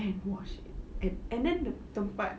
and wash it and then the tempat